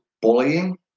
bullying